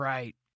Right